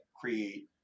create